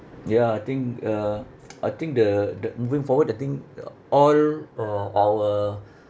ya I think uh I think the the moving forward that thing uh all uh our